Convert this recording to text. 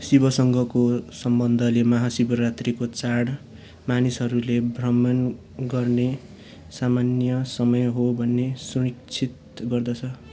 शिवसँगको सम्बन्धले महा शिवरात्रीको चाड मानिसहरूले भ्रमण गर्ने सामान्य समय हो भन्ने सुनिश्चित गर्दछ